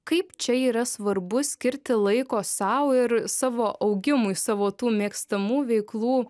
kaip čia yra svarbu skirti laiko sau ir savo augimui savo tų mėgstamų veiklų